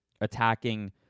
attacking